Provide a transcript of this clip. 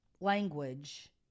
language